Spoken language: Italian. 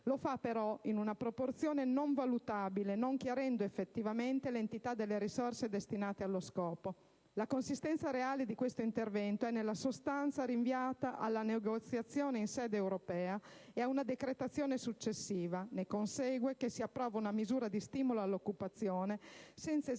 Lo fa, però, in una proporzione non valutabile, non chiarendo effettivamente l'entità delle risorse destinate allo scopo. La consistenza reale di questo intervento è nella sostanza rinviata alla negoziazione in sede europea e ad una decretazione successiva. Ne consegue che si approva una misura di stimolo all'occupazione senza esattamente